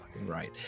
right